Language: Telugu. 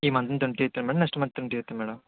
ఈ month twenty eighth madam next month twenty eighth madam